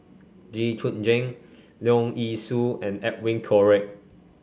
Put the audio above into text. Jit Koon Ch'ng Leong Yee Soo and Edwin Koek